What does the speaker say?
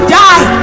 die